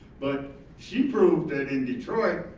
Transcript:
but she proved that in detroit,